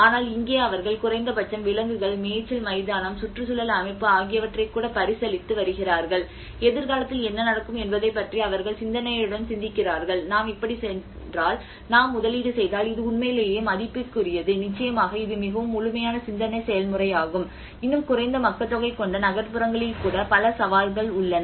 ஆனால் இங்கே அவர்கள் குறைந்த பட்சம் விலங்குகள் மேய்ச்சல் மைதானம் சுற்றுச்சூழல் அமைப்பு ஆகியவற்றைக் கூட பரிசீலித்து வருகிறார்கள் எதிர்காலத்தில் என்ன நடக்கும் என்பதைப் பற்றி அவர்கள் சிந்தனையுடன் சிந்திக்கிறார்கள் நாம் இப்படிச் சென்றால் நாம் முதலீடு செய்தால் இது உண்மையிலேயே மதிப்புக்குரியது நிச்சயமாக இது மிகவும் முழுமையான சிந்தனை செயல்முறையாகும் இன்னும் குறைந்த மக்கள் தொகை கொண்ட நகர்ப்புறங்களில் கூட பல சவால்கள் உள்ளன